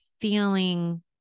feeling